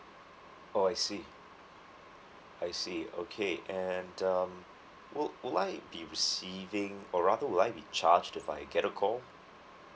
oh I see I see okay and um would would I be receiving or rather would I be charged if I get a call